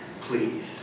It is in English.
Please